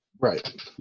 Right